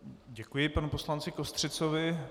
Děkuji panu poslanci Kostřicovi.